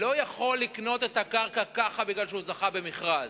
לא יכול לקנות את הקרקע ככה משום שהוא זכה במכרז.